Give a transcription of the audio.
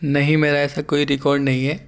نہیں میرا ایسا کوئی ریکاڈ نہیں ہے